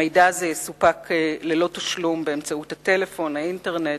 המידע יסופק ללא תשלום באמצעות הטלפון, האינטרנט,